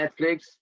Netflix